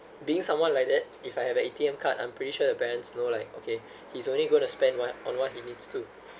being someone like that if I have an A_T_M card I'm pretty sure the parents know like okay he's only going to spend what on what he needs to